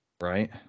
Right